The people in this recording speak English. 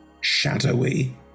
shadowy